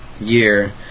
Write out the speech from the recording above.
year